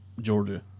Georgia